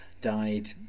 died